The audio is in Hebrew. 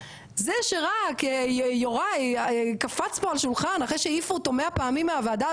זה שרק יוראי קפץ פה על שולחן אחרי שהעיפו אותו 100 פעמים מהוועדה,